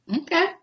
okay